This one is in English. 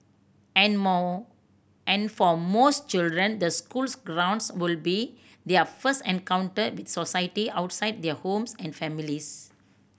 and more and for most children the schools grounds would be their first encounter with society outside their homes and families